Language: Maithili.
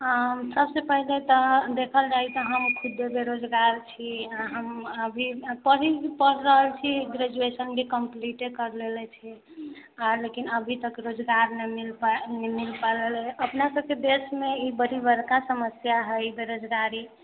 हँ सबसे पहिले तऽ देखल जाय तऽ हमखुद बेरोजगार छी हम अभी पढ़ि रहल छी ग्रेजुएशन अभी कम्पलिट करलेले छी आ अभीतक रोजगार नहि मिल पायल मिलल अपनासबके देशमे ई बड़ी बड़का समस्या है बेरोजगारी